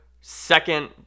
second